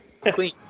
clean